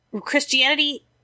Christianity